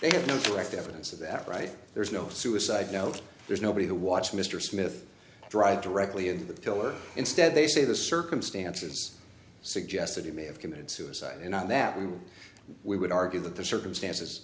they have no direct evidence of that right there is no suicide note there's nobody to watch mr smith drive directly into the pillar instead they say the circumstances suggest that he may have committed suicide you know that we we would argue that the circumstances